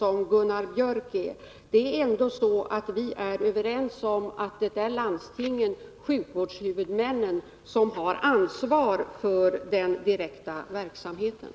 Vi är ändå överens om att det är landstingen, sjukvårdshuvudmännen, som har ansvar för den direkta verksamheten.